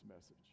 message